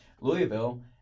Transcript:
Louisville